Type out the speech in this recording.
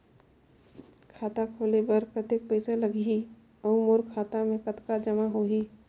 खाता खोले बर कतेक पइसा लगही? अउ मोर खाता मे कतका जमा होही?